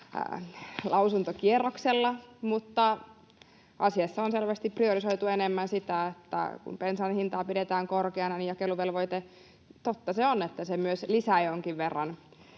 lausuntokierroksella, mutta asiassa on selvästi priorisoitu enemmän sitä, että kun bensan hintaa pidetään korkeana, niin jakeluvelvoite — totta se on — myös lisää jonkin verran